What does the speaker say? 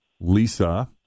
Lisa